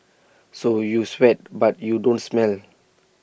so you sweat but you don't smell